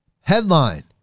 Headline